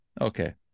okay